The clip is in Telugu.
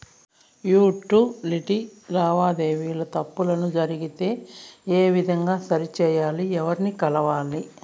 యుటిలిటీ లావాదేవీల లో తప్పులు జరిగితే ఏ విధంగా సరిచెయ్యాలి? ఎవర్ని కలవాలి?